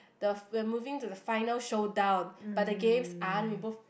the when moving to the final showdown but the games are you both